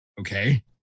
okay